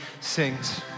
sings